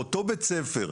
באותו בית ספר,